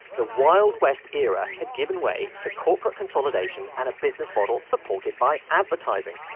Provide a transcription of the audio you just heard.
the wild west era had given way to corporate consolidation and a business model supported by advertising.